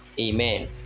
Amen